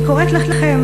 אני קוראת לכם,